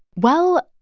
well,